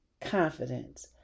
confidence